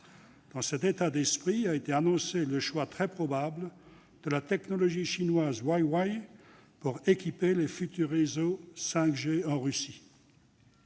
Dans cet état d'esprit, a été annoncé le choix très probable de la technologie chinoise Huawei pour équiper les futurs réseaux 5G en Russie.